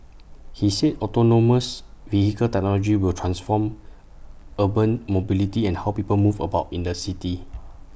he said autonomous vehicle technology will transform urban mobility and how people move about in the city